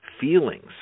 Feelings